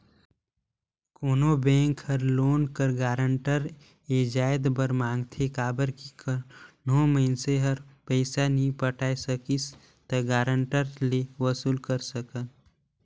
कोनो बेंक हर लोन कर गारंटर ए जाएत बर मांगथे काबर कि कहों मइनसे हर पइसा नी पटाए सकिस ता गारंटर ले वसूल कर सकन